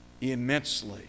immensely